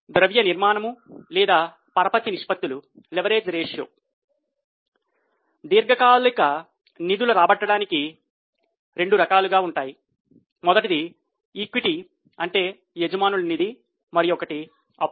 దీర్ఘకాలిక నిధుల రాబట్టడానికి రెండు రకాలు మొదటిది ఈక్విటీ అంటే యజమానుల నిధి మరొకటి అప్పు